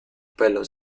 pelo